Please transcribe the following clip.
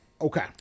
Okay